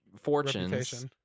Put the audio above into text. fortunes